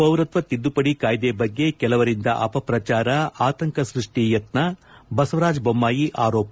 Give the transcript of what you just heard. ಪೌರತ್ವ ತಿದ್ದುಪಡಿ ಕಾಯ್ದೆ ಬಗ್ಗೆ ಕೆಲವರಿಂದ ಅಪಪ್ರಚಾರ ಆತಂಕ ಸೃಷ್ಷಿ ಯತ್ನ ಬಸವರಾಜ ಬೊಮ್ದಾಯಿ ಆರೋಪ